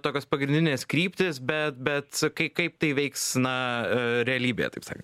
tokios pagrindinės kryptys bet bet kai kaip tai veiks na realybėje taip sakant